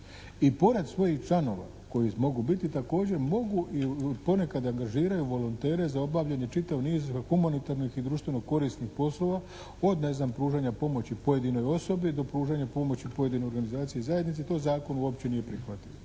I pored svojih članova koji mogu biti, također mogu i ponekad angažiraju volontere za obavljanje čitav nit humanitarnih i društveno korisnih poslova od ne znam pružanja pomoći pojedinoj osobi do pružanja pomoći pojedinoj organizaciji i zajednici, to zakon uopće nije regulirao.